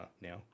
now